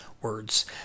words